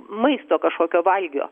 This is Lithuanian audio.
maisto kažkokio valgio